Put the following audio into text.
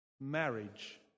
marriage